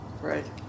Right